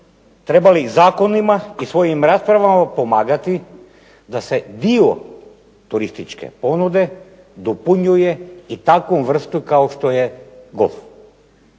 trebali zakonima i svojim raspravama pomagati da se dio turističke ponude dopunjuje i takvom vrstom kao što je golf.